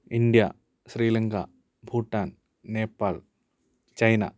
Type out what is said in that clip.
India Sri Lanka Bhutan Nepal China